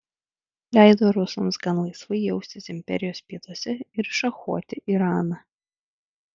ji leido rusams gan laisvai jaustis imperijos pietuose ir šachuoti iraną